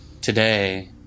today